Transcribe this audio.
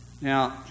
Now